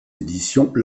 éditions